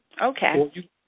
Okay